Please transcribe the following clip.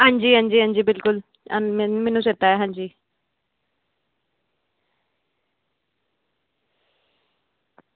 हंजी हंजी बिल्कुल में चेता ऐ हंजी